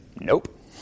nope